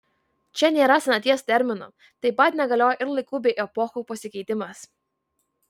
čia nėra senaties termino taip pat negalioja ir laikų bei epochų pasikeitimas